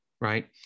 right